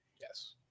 Yes